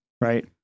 right